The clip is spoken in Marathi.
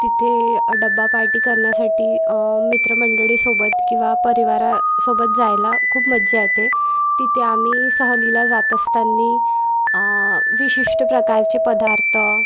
तिथे डबा पार्टी करण्यासाठी मित्रमंडळीसोबत किंवा परिवारासोबत जायला खूप मज्जा येते तिथे आम्ही सहलीला जात असताना विशिष्ट प्रकारचे पदार्थ